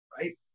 right